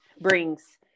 brings